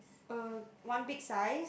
uh one big size